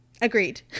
Agreed